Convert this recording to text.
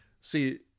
See